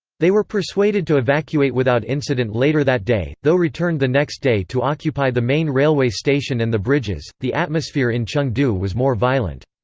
they were persuaded to evacuate without incident later that day, though returned the next day to occupy the main railway station and the bridges the atmosphere in chengdu was more violent.